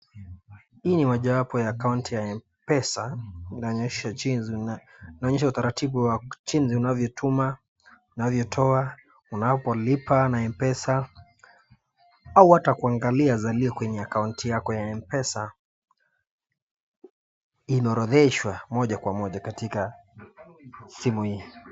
Hii ni moja wapo ya acconti ya Mpesa inaonyesha uraratibu wa jinsi unavyotuma, unavyotoa unapolipa na Mpesa au ata kuangalia zalio kwenye accounti yako ya Mpesa inaorodheshwa moja kwa moja katika simu hii.